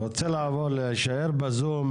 אני רוצה להישאר בזום.